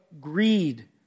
greed